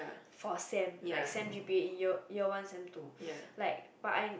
for sem like sem g_p_a year year one sem two but I